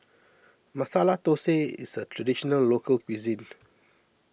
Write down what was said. Masala Dosa is a Traditional Local Cuisine